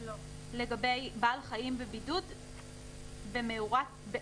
"לעניין הכנסת בעלי חיים במאורה לבידוד".